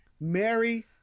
Mary